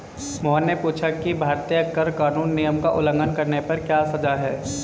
मोहन ने पूछा कि भारतीय कर कानून नियम का उल्लंघन करने पर क्या सजा है?